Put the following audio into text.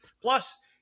Plus